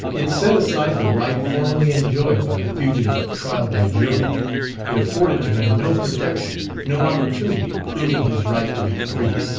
it set aside the right formerly enjoyed by the fugitive of trial by jury it afforded to him no protection, no opportunity of proving his right to be free,